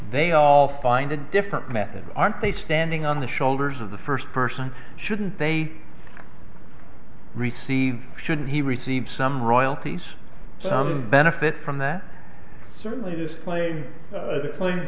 they all find a different method aren't they standing on the shoulders of the first person shouldn't they receive shouldn't he receives some royalties some benefit from that certainly display the cla